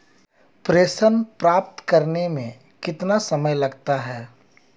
प्रेषण प्राप्त करने में कितना समय लगता है?